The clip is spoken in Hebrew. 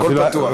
הכול פתוח.